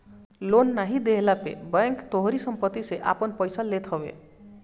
loan नाइ देहला पे बैंक तोहारी सम्पत्ति से आपन पईसा लेत हवे